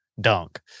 dunk